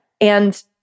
And-